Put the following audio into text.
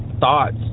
thoughts